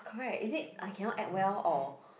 correct is it I cannot act well or